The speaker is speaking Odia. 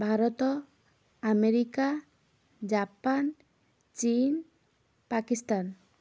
ଭାରତ ଆମେରିକା ଜାପାନ ଚୀନ୍ ପାକିସ୍ତାନ୍